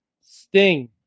Sting